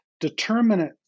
determinate